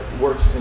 works